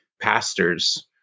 Pastors